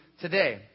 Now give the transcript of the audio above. today